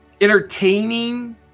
entertaining